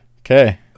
Okay